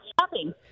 shopping